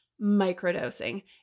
microdosing